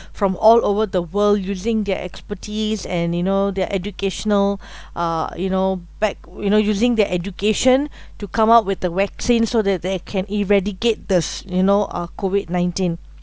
from all over the world using their expertise and you know they're educational uh you know back you know using their education to come up with the vaccine so that they can eradicate the s~ you know uh COVID nineteen